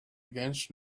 against